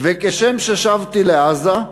וכשם ששבתי לעזה,